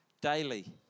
daily